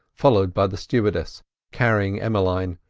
followed by the stewardess carrying emmeline,